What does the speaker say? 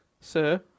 Sir